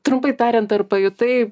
trumpai tariant ar pajutai